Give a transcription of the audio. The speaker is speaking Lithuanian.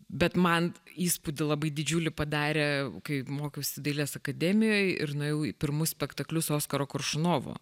bet man įspūdį labai didžiulį padarė kai mokiausi dailės akademijoj ir nuėjau į pirmus spektaklius oskaro koršunovo